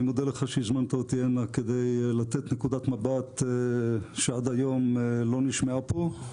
אני מודה לך שהזמנת אותי הנה כדי לתת נקודת מבט שעד היום לא נשמעה פה.